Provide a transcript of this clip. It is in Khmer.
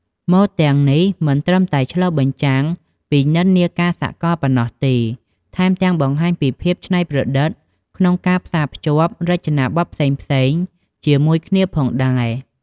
ម៉ូដទាំងនេះមិនត្រឹមតែឆ្លុះបញ្ចាំងពីនិន្នាការសកលប៉ុណ្ណោះទេ ថែមទាំងបង្ហាញពីភាពច្នៃប្រឌិតក្នុងការផ្សារភ្ជាប់រចនាបទផ្សេងៗជាមួយគ្នាផងដែរ។